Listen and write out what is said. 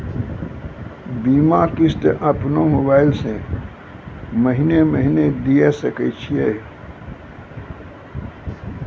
बीमा किस्त अपनो मोबाइल से महीने महीने दिए सकय छियै?